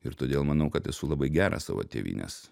ir todėl manau kad esu labai geras savo tėvynės